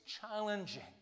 challenging